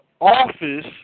office